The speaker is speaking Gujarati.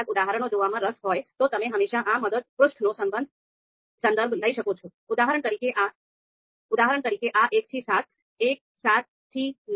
ઉદાહરણ તરીકે આ એક થી સાત 1 7 થી 9